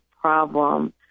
problem